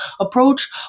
approach